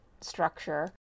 structure